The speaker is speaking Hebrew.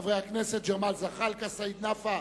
חברי הכנסת ג'מאל זחאלקה, סעיד נפאע